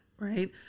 Right